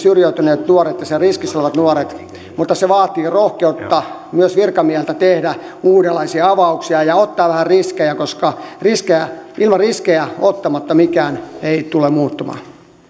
nämä syrjäytyneet nuoret ja siellä riskissä olevat nuoret mutta se vaatii rohkeutta myös virkamiehiltä tehdä uudenlaisia avauksia ja ottaa vähän riskejä koska riskejä ottamatta mikään ei tule muuttumaan